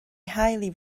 highly